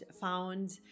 found